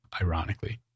Ironically